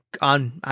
on